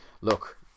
look